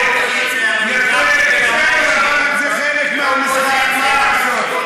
אני הייתי אופוזיציה, זה חלק מהמשחק, מה לעשות?